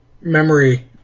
memory